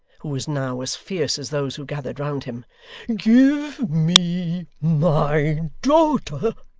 who was now as fierce as those who gathered round him give me my daughter